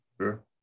Sure